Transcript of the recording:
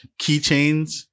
keychains